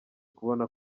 kubona